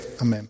Amen